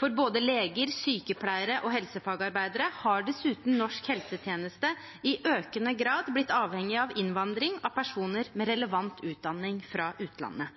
For både leger, sykepleiere og helsefagarbeidere har dessuten norsk helsetjeneste i økende grad blitt avhengig av innvandring av personer med relevant utdanning fra utlandet.